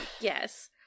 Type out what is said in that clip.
yes